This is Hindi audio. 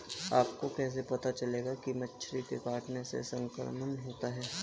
आपको कैसे पता चलेगा कि मच्छर के काटने से संक्रमण होता है?